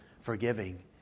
forgiving